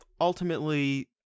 ultimately